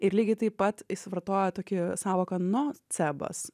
ir lygiai taip pat jis vartoja tokį sąvoką nucebas